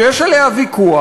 שיש עליה ויכוח,